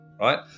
Right